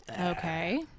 Okay